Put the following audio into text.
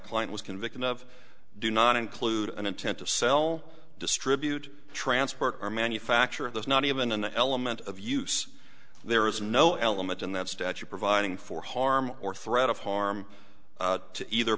client was convicted of do not include an intent to sell distribute transport or manufacture of there's not even an element of use there is no element in that statute providing for harm or threat of harm to either